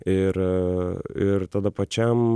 ir ir tada pačiam